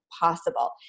possible